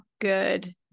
good